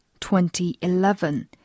2011